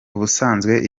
ubusanzwe